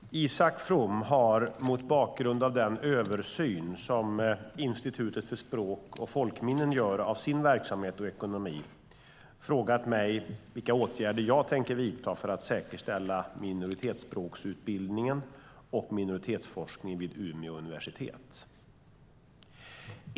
Herr talman! Isak From har, mot bakgrund av den översyn som Institutet för språk och folkminnen gör av sin verksamhet och ekonomi, frågat mig vilka åtgärder jag tänker vidta för att säkerställa minoritetsspråksutbildningen och minoritetsforskningen vid Umeå universitet.